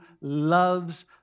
loves